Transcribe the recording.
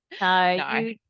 No